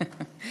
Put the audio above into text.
כן.